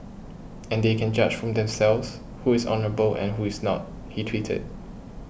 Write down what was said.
and they can judge for themselves who is honourable and who is not he tweeted